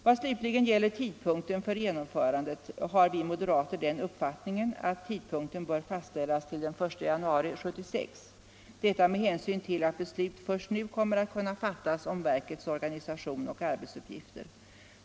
Vad slutligen tidpunkten: för genomförandet beträffar har vi moderater den uppfattningen att tidpunkten bör fastställas till den 1 januari 1976 — detta med hänsyn till att beslut först nu kommer att kunna fattas om verkets organisation och arbetsuppgifter.